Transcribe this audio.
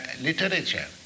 literature